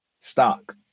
stock